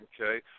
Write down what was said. Okay